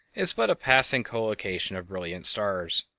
is but a passing collocation of brilliant stars.